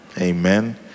Amen